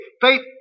Faith